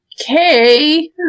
okay